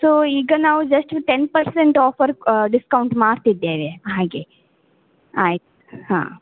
so ಈಗ ನಾವು just ten percent offer discount ಮಾಡ್ತಿದ್ದೇವೆ ಹಾಗೆ ಆಯ್ತು ಹಾಂ